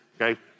okay